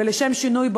ולשם שינוי,